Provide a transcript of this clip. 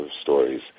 stories